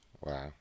Wow